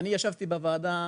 אני ישבתי בוועדה